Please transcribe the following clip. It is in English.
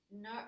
no